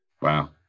Wow